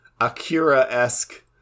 Akira-esque